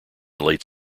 late